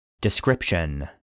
DESCRIPTION